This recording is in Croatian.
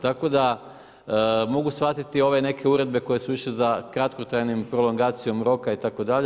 Tako da mogu shvatiti ove neke uredbe koje su išle za kratkotrajnom prolongacijom roka itd.